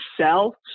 sell